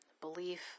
belief